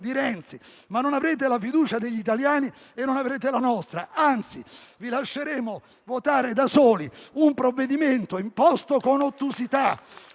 di Renzi, ma non avrete la fiducia degli italiani e non avrete la nostra. Anzi, vi lasceremo votare da soli un provvedimento imposto con ottusità,